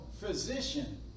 physician